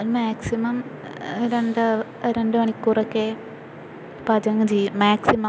ഒരു മാക്സിമം രണ്ട് രണ്ട് മണിക്കൂറൊക്കെ പാചകം ചെയ്യും മാക്സിമം